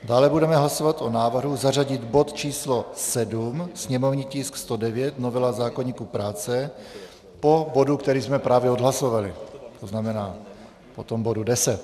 Dále budeme hlasovat o návrhu zařadit bod číslo 7, sněmovní tisk 109, novela zákoníku práce, po bodu, který jsme právě odhlasovali, to znamená po tom bodu 10.